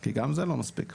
כי גם זה לא מספיק.